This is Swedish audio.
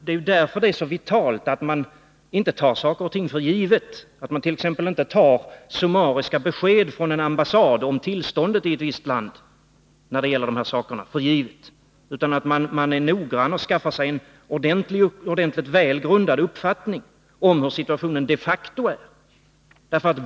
Därför är det så vitalt att man inte tar saker och ting för givna, att man inte tar för givna t.ex. summariska besked från en ambassad om tillståndet i ett visst land när det gäller dessa frågor, utan att man är noggrann och skaffar sig en väl grundad uppfattning om hur situationen de facto är.